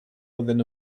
within